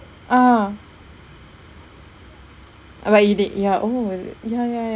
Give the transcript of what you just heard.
ah what you did ya oh is it ya ya ya